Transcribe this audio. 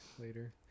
later